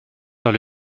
dans